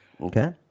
Okay